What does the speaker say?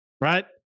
right